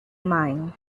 mine